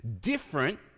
Different